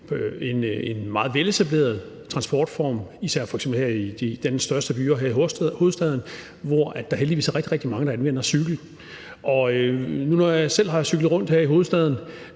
en meget veletableret transportform, især f.eks. her i landets største by, her i hovedstaden, hvor der heldigvis er rigtig, rigtig mange, der anvender cykel. Og når jeg selv har cyklet rundt her i hovedstaden,